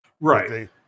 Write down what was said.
Right